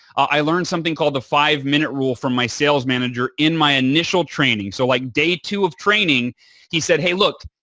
i learned something called the five-minute rule from my sales manager in my initial training. so, like day two of training he said, hey look,